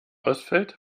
ausfällt